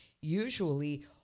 usually